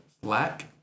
Black